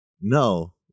No